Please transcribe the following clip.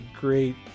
great